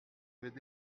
avez